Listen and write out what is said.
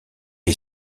est